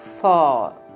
four